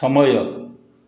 ସମୟ